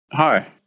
Hi